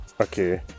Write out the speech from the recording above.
Okay